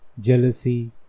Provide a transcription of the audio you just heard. jealousy